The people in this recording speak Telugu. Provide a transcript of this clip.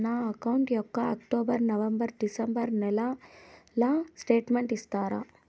నా అకౌంట్ యొక్క అక్టోబర్, నవంబర్, డిసెంబరు నెలల స్టేట్మెంట్ ఇస్తారా?